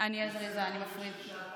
זה סדר גודל של שעתיים.